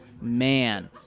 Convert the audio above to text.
man